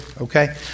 okay